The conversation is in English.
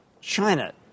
China